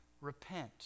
repent